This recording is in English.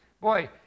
Boy